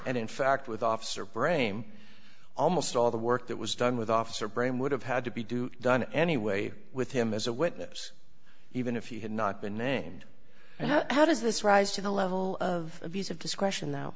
and in fact with officer brame almost all the work that was done with officer brame would have had to be do done anyway with him as a witness even if he had not been named and how does this rise to the level of abuse of discretion now